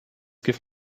give